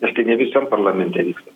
ir tai ne visam parlamente vyksta